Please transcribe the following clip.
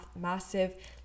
massive